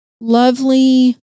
lovely